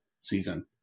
season